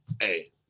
hey